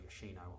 Yoshino